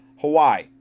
Hawaii